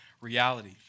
reality